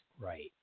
Right